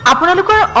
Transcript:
ah political ah